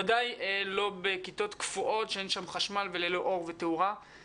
ודאי לא בכיתות קפואות שאין שם חשמל וללא אור ותאורה,